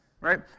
right